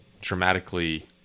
dramatically